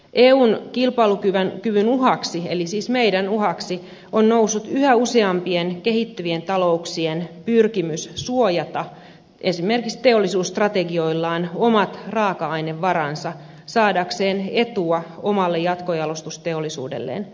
eun kilpailukyvyn uhkaksi eli siis meidän uhkaksi on noussut yhä useampien kehittyvien talouksien pyrkimys suojata esimerkiksi teollisuusstrategioillaan omat raaka ainevaransa saadakseen etua omalle jatkojalostusteollisuudelleen